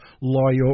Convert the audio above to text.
loyal